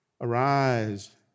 arise